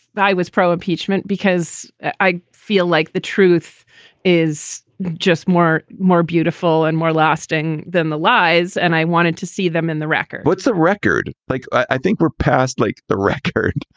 i was pro impeachment because i feel like the truth is just more, more beautiful and more lasting than the lies. and i wanted to see them in the record what's the record like? i think we're past like the record.